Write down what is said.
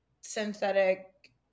synthetic